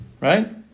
right